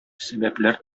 сәбәпләр